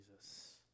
Jesus